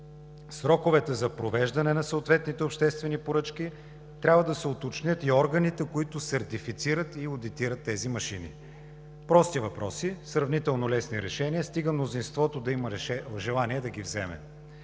сроковете за провеждане на съответните обществени поръчки. Трябва да се уточнят и органите, които сертифицират и одитират тези машини. Прости въпроси, сравнително лесни решения, стига мнозинството да има желание да ги вземе.